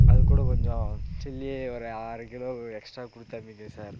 அது கூட கொஞ்சம் சில்லியை ஒரு அரை கிலோ எக்ஸ்ட்ரா கொடுத்து அமிங்க சார்